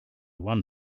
one